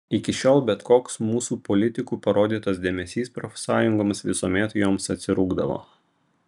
iki šiol bet koks mūsų politikų parodytas dėmesys profsąjungoms visuomet joms atsirūgdavo